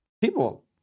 People